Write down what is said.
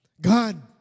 God